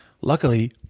Luckily